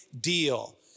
deal